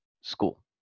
school